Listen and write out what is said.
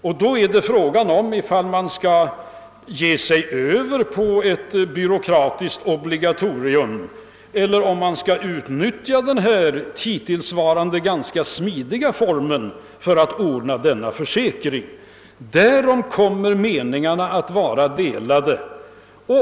Och då är frågan om vi skall gå över till ett byråkratiskt obligatorium, eller om vi skall använda den hittillsvarande ganska smidiga formen för ordnandet av en försäkring. Därom kommer meningarna säkert att bli delade.